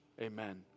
amen